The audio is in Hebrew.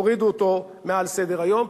הורידו אותו מעל סדר-היום.